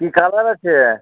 কী colour আছে